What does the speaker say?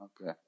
Okay